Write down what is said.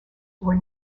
were